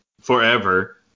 forever